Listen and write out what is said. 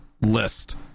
list